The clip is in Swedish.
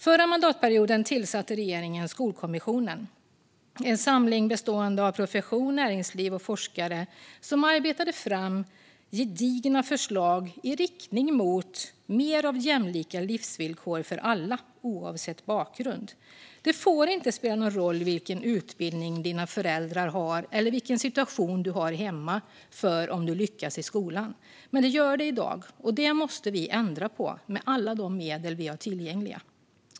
Förra mandatperioden tillsatte regeringen Skolkommissionen, en samling bestående av profession, näringsliv och forskare, som arbetade fram gedigna förslag i riktning mot mer av jämlika livsvillkor för alla oavsett bakgrund. Det får inte spela någon roll vilken utbildning dina föräldrar har eller vilken situation du har hemma för hur du lyckas i skolan. Men det gör det i dag, och det måste vi ändra på med alla de medel vi har tillgängliga.